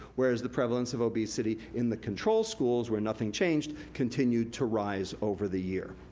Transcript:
whereas the prevalence of obesity in the control schools where nothing changed continued to rise over the year.